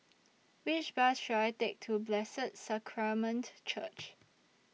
Which Bus should I Take to Blessed Sacrament Church